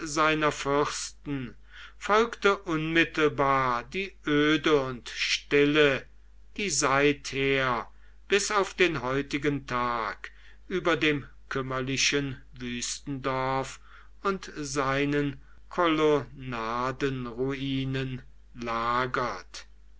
seiner fürsten folgte unmittelbar die öde und stille die seither bis auf den heutigen tag über dem kümmerlichen wüstendorf und seinen kolonnadenruinen lagert